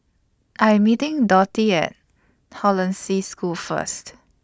I Am meeting Dotty At Hollandse School First